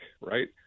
right